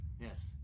Yes